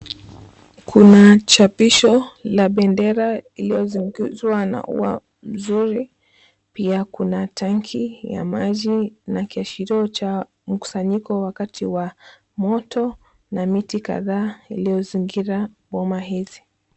Kuna chapisho la bendera lililozungukwa na ua zuri. Pia kuna tank la maji na kiashirio cha mkusanyiko wa wakati wa moto na miti kadhaa zilizozingira boma hizi.